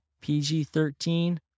PG-13